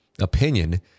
opinion